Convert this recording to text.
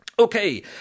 Okay